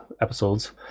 episodes